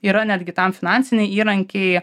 yra netgi tam finansinį įrankiai